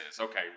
Okay